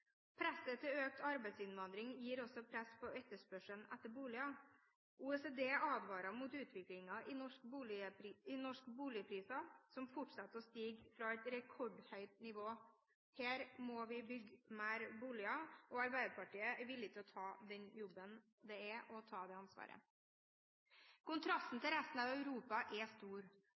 Presset på økt arbeidsinnvandring gir også press på etterspørselen etter boliger. OECD advarer mot utviklingen i norske boligpriser, som fortsetter å stige fra et rekordhøyt nivå. Her må vi bygge mer boliger, og Arbeiderpartiet er villig til å ta den jobben det er å ta det ansvaret. Kontrasten til resten av Europa er stor.